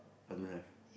I don't have